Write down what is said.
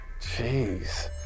Jeez